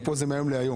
אחר פה זה מהיום להיום